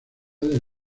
del